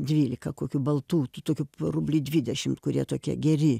dvyliką kokių baltų tų tokių po rublį dvidešimt kurie tokie geri